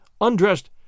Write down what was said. undressed